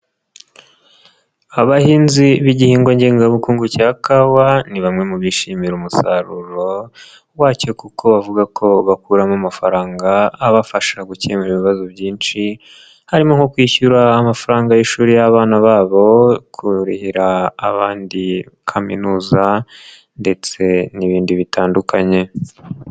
Abahinzi b'igihingwa ngengabukungu cya kawa, ni bamwe mu bishimira umusaruro wacyo kuko bavuga ko bakuramo amafaranga, abafasha gukemura ibibazo byinshi, harimo nko kwishyura amafaranga y'ishuri y'abana babo, kurihira abandi kaminuza ndetse n'ibindi bitandukanye.